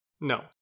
No